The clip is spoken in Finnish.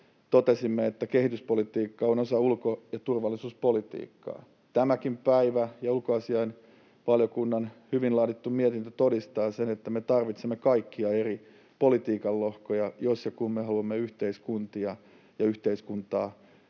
Totesimme, että kehityspolitiikka on osa ulko‑ ja turvallisuuspolitiikkaa. Tämäkin päivä ja ulkoasiainvaliokunnan hyvin laadittu mietintö todistavat sen, että me tarvitsemme kaikkia eri politiikan lohkoja, jos ja kun me haluamme yhteiskuntia, tässä tapauksessa